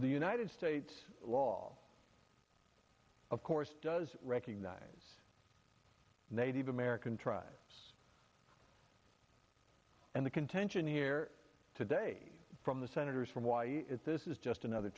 the united states law of course does recognize native american tribes and the contention here today from the senators from why is this is just another